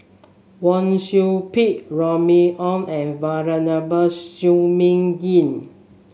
Wang Sui Pick Remy Ong and Venerable Shi Ming Yi